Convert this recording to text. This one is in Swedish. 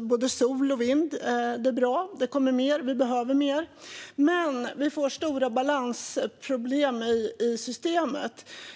både sol och vind. Det är bra. Det kommer mer, och vi behöver mer. Men vi får stora balansproblem i systemet.